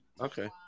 Okay